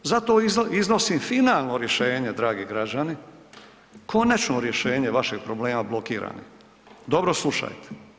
Zato iznosim finalno rješenje, dragi građani, konačno rješenje vaših problema blokirani, dobro slušajte.